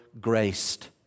Graced